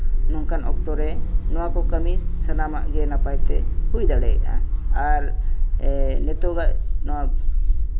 ᱱᱚᱝᱠᱟᱱ ᱚᱠᱛᱚ ᱨᱮ ᱱᱚᱣᱟ ᱠᱚ ᱠᱟᱹᱢᱤ ᱥᱟᱱᱟᱢᱟᱜ ᱜᱮ ᱦᱩᱭ ᱫᱟᱲᱮᱭᱟᱜᱼᱟ ᱟᱨ ᱱᱤᱛᱚᱜᱟᱜ ᱱᱚᱣᱟ